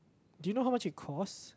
do you how much it cost